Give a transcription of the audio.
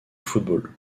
football